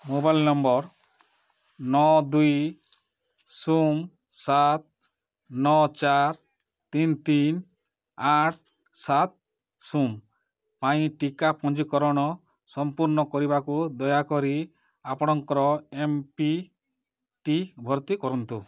mobile number ନଅ ଦୁଇ ଶୂନ ସାତ ନଅ ଚାରି ତିନି ତିନି ଆଠ ସାତ ଶୂନ ପାଇଁ ଟିକା ପଞ୍ଜୀକରଣ ସଂପୂର୍ଣ୍ଣ କରିବାକୁ ଦୟାକରି ଆପଣଙ୍କର ଏମ୍ପିନ୍ ଟି ଭର୍ତ୍ତି କରନ୍ତୁ